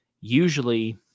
Usually